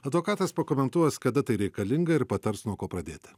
advokatas pakomentuos kada tai reikalinga ir patars nuo ko pradėti